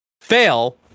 fail